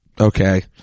okay